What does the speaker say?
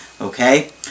okay